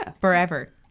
Forever